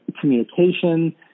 communication